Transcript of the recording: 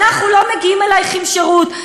אנחנו לא מגיעים אלייך עם שירות,